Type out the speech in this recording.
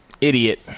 idiot